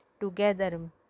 Together